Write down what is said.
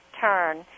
turn